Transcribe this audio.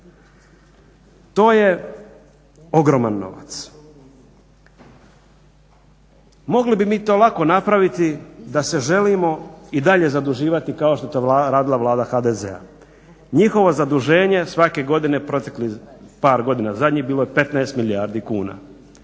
To je ogroman novac. Mogli bi mi to lako napraviti da se želimo i dalje zaduživati kao što je to radila Vlada HDZ-a. Njihovo zaduženje svake godine proteklih par godina zadnjih bilo je 15 milijardi kuna,